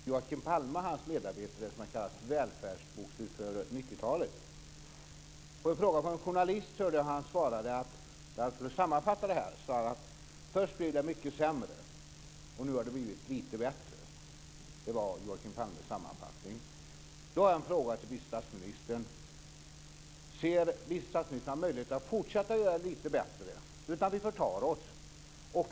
Fru talman! För några dagar sedan presenterade Joakim Palme och hans medarbetare någonting som kallas välfärdsbokslut för 90-talet. På en fråga från en journalist där han skulle sammanfatta det svarade han att först blev det mycket sämre, och nu har det blivit lite bättre. Det var Joakim Palmes sammanfattning. Då har jag en fråga till vice statsministern: Ser vice statsministern några möjligheter att fortsätta att göra det lite bättre utan att vi förtar oss?